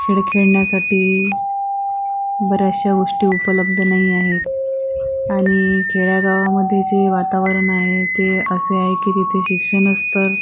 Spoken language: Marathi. खेळ खेळण्यासाठी बऱ्याचशा गोष्टी उपलब्ध नाही आहेत आणि खेडेगावामध्ये जे वातावरण आहे ते असे आहे की तिथे शिक्षणस तर